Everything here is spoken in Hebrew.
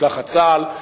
משלחת צה"ל,